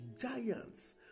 giants